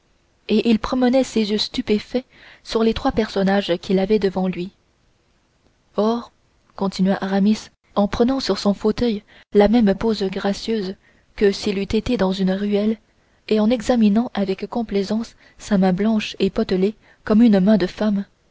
et il promenait ses yeux stupéfaits sur les trois personnages qu'il avait devant lui or continua aramis en prenant sur son fauteuil la même pose gracieuse que s'il eût été dans une ruelle et en examinant avec complaisance sa main blanche et potelée comme une main de femme